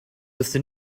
wüsste